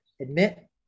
admit